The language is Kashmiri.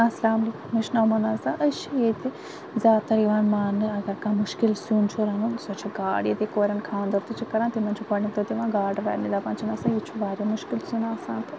السلامُ علیکُم مےٚ چھُ ناو مُنَزا أسۍ چھِ ییٚتہِ زیادٕ تر یِوان ماننہٕ اگر کانٛہہ مُشکِل سیُن چھُ رَنُن سۄ چھِ گاڈ ییٚتے کوریٚن خاندَر تہِ چھ کَران تِمَن چھِ گثڈٕنکۍ دۄہ دِوان گاڈٕ رَننہِ دَپان چھِ نَسا یہِ چھُ واریاہ مُشکِل سیُن آسان تہٕ